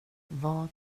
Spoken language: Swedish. vad